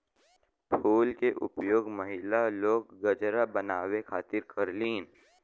फूल के उपयोग महिला लोग गजरा बनावे खातिर करलीन